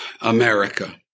America